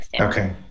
Okay